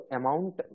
amount